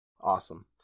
Awesome